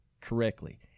correctly